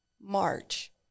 March